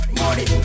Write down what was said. money